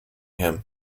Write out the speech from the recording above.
him